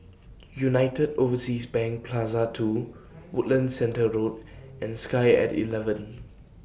United Overseas Bank Plaza two Woodlands Centre Road and Sky At eleven